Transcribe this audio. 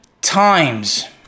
times